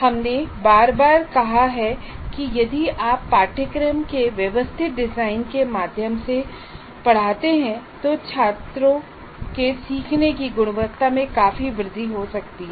हमने बार बार कहा है कि यदि आप पाठ्यक्रम के व्यवस्थित डिजाइन के माध्यम से पढ़ाते हैं तो छात्रों के सीखने की गुणवत्ता में काफी वृद्धि हो सकती है